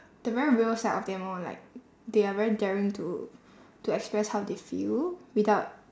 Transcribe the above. the very real side of like they are very daring to to express how they feel without